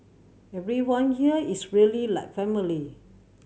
everyone here is really like family